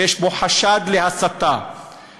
שיש בו חשד להסתה.